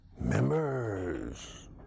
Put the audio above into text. Members